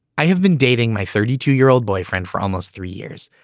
i have been dating my thirty two year old boyfriend for almost three years.